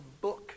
book